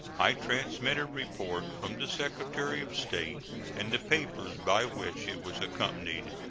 i transmit a report from the secretary of state and the papers by which it was accompanied.